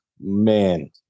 man